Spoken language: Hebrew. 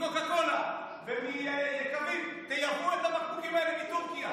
מקוקה קולה ומיקבים: תייבאו את הבקבוקים האלה מטורקיה,